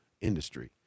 industry